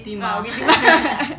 ah bukit timah